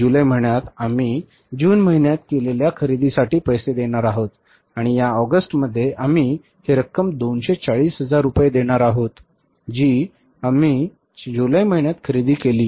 जुलै महिन्यात आम्ही आम्ही जून महिन्यात केलेल्या खरेदींसाठी पैसे देणार आहोत आणि या ऑगस्टमध्ये आम्ही ही रक्कम 240 हजार रुपये देणार आहोत जी आम्ही जुलै महिन्यात खरेदी केली